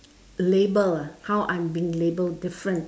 label ah how I'm being labelled different